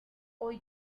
hoy